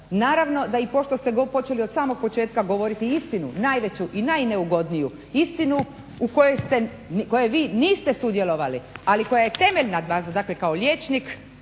Naravno, da i pošto ste počeli od samog početka govoriti istinu najveću i najneugodniju istinu u kojoj vi niste sudjelovali, ali koja je temeljna baza. Dakle, kao liječnik,